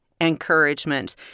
encouragement